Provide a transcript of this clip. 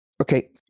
Okay